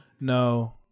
no